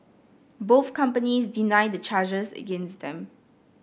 both companies deny the charges against them